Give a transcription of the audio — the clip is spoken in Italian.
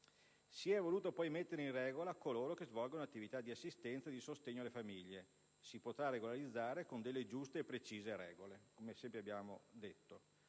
Si è voluto poi mettere in regola coloro che svolgono attività di assistenza e di sostegno alle famiglie, che potranno essere regolarizzati secondo giuste e precise regole, come sempre abbiamo detto.